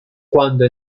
cuando